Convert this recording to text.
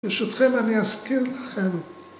ברשותכם אני אזכיר לכם